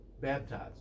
baptized